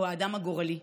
או "האדם הגורלי".